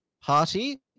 Party